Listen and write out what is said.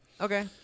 Okay